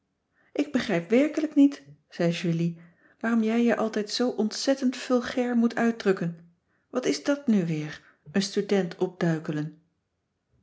ik begrijp werkelijk niet zei julie waarom jij je altijd zoo ontzettend vulgair moet uitdrukken wat is dat nu weer een student opduikelen